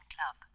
Club